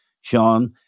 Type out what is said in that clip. Sean